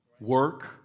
Work